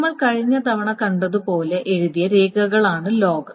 നമ്മൾ കഴിഞ്ഞ തവണ കണ്ടതുപോലെ എഴുതിയ രേഖകളാണ് ലോഗ്